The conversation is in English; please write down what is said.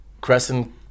Crescent